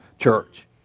church